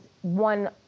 one